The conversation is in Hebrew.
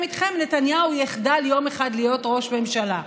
איתכם נתניהו יחדל יום אחד להיות ראש ממשלה.